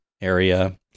area